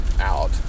out